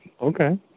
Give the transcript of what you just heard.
Okay